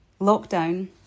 Lockdown